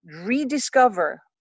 rediscover